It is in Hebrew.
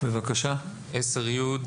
סעיף 10י: